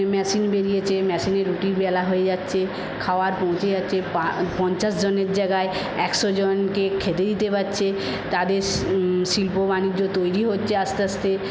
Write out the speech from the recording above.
machine বেরিয়েছে মেশিনে রুটি বেলা হয়ে যাচ্ছে খাবার পৌঁছে যাচ্ছে পঞ্চাশ জনের জায়গায় একশো জনকে খেতে দিতে পারছে তাদের শিল্প বাণিজ্য তৈরি হচ্ছে আস্তে আস্তে